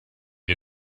wir